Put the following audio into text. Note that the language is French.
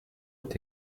est